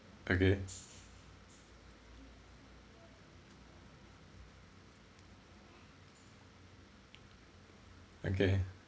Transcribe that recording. okay okay